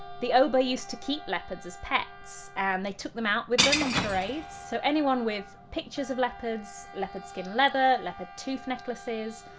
the oba used to keep leopards as pets and they took them out with them on parades, so anyone with pictures of leopards, leopard skin leather, leopard tooth necklaces,